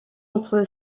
entre